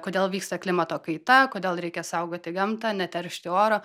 kodėl vyksta klimato kaita kodėl reikia saugoti gamtą neteršti oro